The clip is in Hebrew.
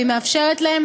והיא מאפשרת להם